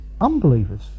unbelievers